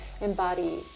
embody